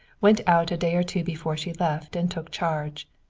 went out a day or two before she left and took charge.